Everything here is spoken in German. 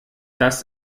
das